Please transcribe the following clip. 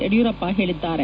ಯಡಿಯೂರಪ್ಪ ಹೇಳಿದ್ದಾರೆ